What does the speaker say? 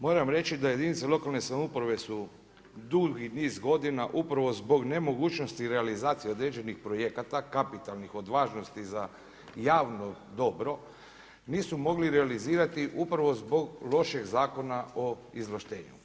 Moram reći da jedinice lokalne samouprave su dugi niz godina upravo zbog nemogućnosti realizacije određenih projekta, kapitalnih od važnosti za javno dobro, nisu mogli realizirati upravo zbog lošeg zakona o izvlaštenju.